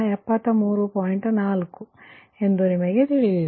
4 ಎಂದು ನಿಮಗೆ ತಿಳಿದಿದೆ